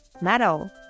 metal